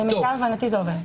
למיטב הבנתי, זה עובר.